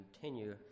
continue